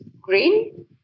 green